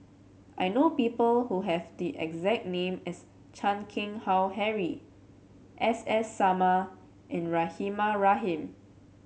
I know people who have the exact name as Chan Keng Howe Harry S S Sarma and Rahimah Rahim